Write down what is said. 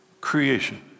creation